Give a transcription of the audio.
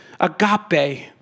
agape